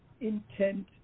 intent